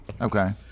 Okay